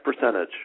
percentage